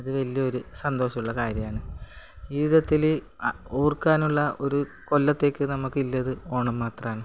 അതു വലിയൊരു സന്തോഷമുള്ള കാര്യമാണ് ജീവിതത്തിൽ ഓർക്കാനുള്ള ഒരു കൊല്ലത്തേക്ക് നമ്മൾക്ക് ഉള്ളത് ഓണം മാത്രമാണ്